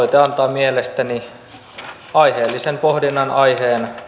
mielestäni aiheellisen pohdinnan aiheen